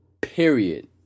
period